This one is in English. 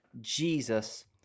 Jesus